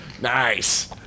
Nice